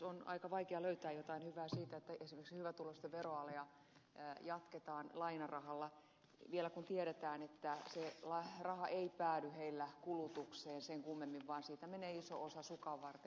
on aika vaikea löytää jotain hyvää siitä että esimerkiksi hyvätuloisten veroalea jatketaan lainarahalla vielä kun tiedetään että se raha ei päädy heillä kulutukseen sen kummemmin vaan siitä menee iso osa sukanvarteen